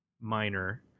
minor